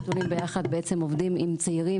עמותת "עולים ביחד" בעצם עובדים עם צעירים